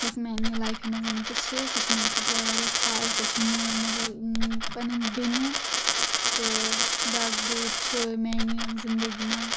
یوُس میانہِ لایفہِ منٛز وُنہِ تہِ چھ سۄ چھ میانہٕ خٲطرٕ واریاہ خاص سۄ چھ مےٚ مطلب پننِٕۍ بیٚنہِ تہٕ بیاکھ ڈیٖٹ چھُ میانہِ زندگی منٛز